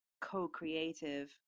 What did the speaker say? co-creative